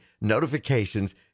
notifications